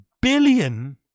billion